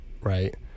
right